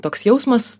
toks jausmas